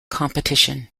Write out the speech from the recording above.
competition